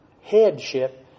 headship